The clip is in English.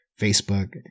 Facebook